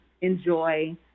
enjoy